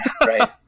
right